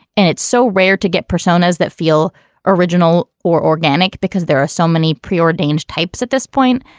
and it's so rare to get personas that feel original or organic because there are so many pre-ordained types at this point.